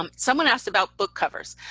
um someone asked about book covers.